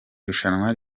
rushanwa